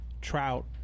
Trout